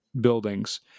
buildings